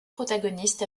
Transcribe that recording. protagonistes